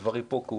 לפרט?